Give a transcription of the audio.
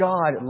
God